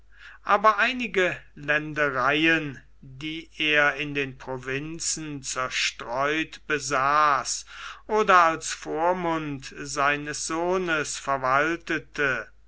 aber einige ländereien die er in den provinzen zerstreut besaß oder als vormund seines sohnes verwaltete